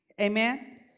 Amen